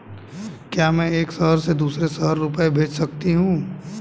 क्या मैं एक शहर से दूसरे शहर रुपये भेज सकती हूँ?